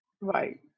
Right